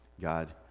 God